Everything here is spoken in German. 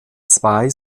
zwei